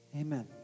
Amen